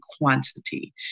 quantity